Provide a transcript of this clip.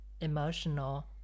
emotional